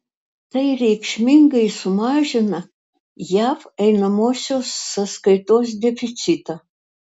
tai reikšmingai sumažina jav einamosios sąskaitos deficitą